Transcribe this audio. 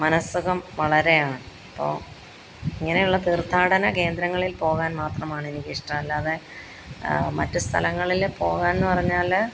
മനസുഖം വളരെയാണ് അപ്പോൾ ഇങ്ങനെയുള്ള തീര്ത്ഥാടന കേന്ദ്രങ്ങളില് പോകാന് മാത്രമാണ് എനിക്കിഷ്ടം അല്ലാതെ മറ്റ് സ്ഥലങ്ങളിൽ പോകാന് എന്ന് പറഞ്ഞാൽ